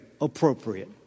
appropriate